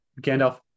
Gandalf